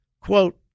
Quote